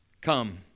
Come